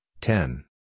ten